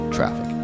Traffic